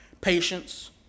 Patience